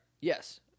Yes